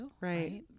right